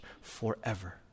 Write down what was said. forever